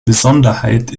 besonderheit